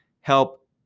help